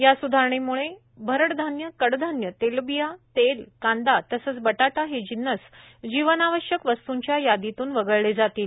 या स्धारणेम्ळे भरड धान्य कडधान्य तेलबिया तेल कांदा तसंच बटाटा हे जिन्नस जीवनावश्यक वस्तूंच्या यादीतून वगळले जातील